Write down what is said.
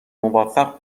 موفق